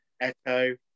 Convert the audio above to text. Echo